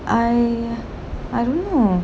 I I don't know